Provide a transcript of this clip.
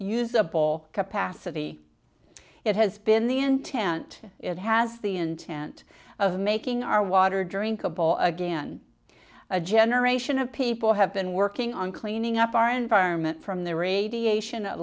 usable capacity it has been the intent it has the intent of making our water drink a ball again a generation of people have been working on cleaning up our environment from the radiation that